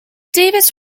davis